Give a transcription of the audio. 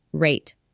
rate